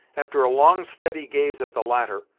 after a long steady gaze at the latter,